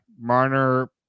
Marner